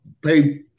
pay